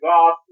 God